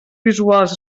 visuals